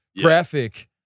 graphic